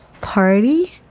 party